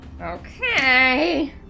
Okay